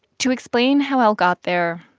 to explain how l got there,